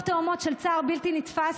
וכולכם יודעים זאת,